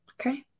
Okay